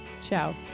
ciao